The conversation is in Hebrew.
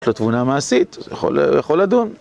זאת תבונה מעשית, יכול לדון.